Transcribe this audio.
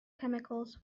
chemicals